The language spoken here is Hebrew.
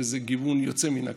וזה גיוון יוצא מן הכלל.